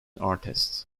artist